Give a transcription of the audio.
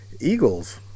Eagles